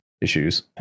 issues